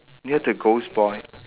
near the ghost boy